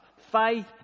faith